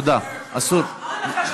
איי איי איי.